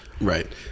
Right